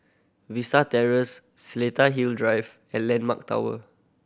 Vista Terrace Seletar Hill Drive and Landmark Tower